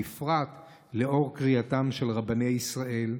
בפרט לאור קריאתם של רבני ישראל,